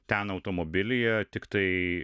ten automobilyje tiktai